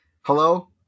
hello